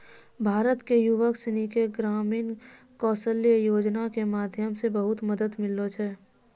भारत के युवक सनी के ग्रामीण कौशल्या योजना के माध्यम से बहुत मदद मिलै छै